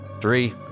Three